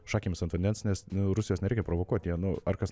šakėmis ant vandens nes rusijos nereikia provokuot jie nu ar kas